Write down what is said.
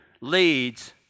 leads